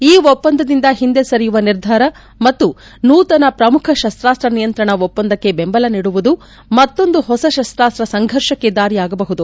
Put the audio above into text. ಈ ಒಪ್ಪಂದದಿಂದ ಹಿಂದೆ ಸರಿಯುವ ನಿರ್ಧಾರ ಮತ್ತು ನೂತನ ಪ್ರಮುಖ ಶಸ್ತ್ರಾಸ್ತ್ರ ನಿಯಂತ್ರಣ ಒಪ್ಪಂದಕ್ಕೆ ಬೆಂಬಲ ನೀಡುವುದು ಮತ್ತೊಂದು ಹೊಸ ಶಸ್ತಾಸ್ತ್ರ ಸಂಘರ್ಷಕ್ಕೆ ದಾರಿಯಾಗಬಹುದು